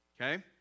Okay